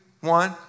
one